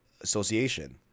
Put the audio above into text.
association